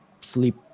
sleep